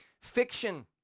fiction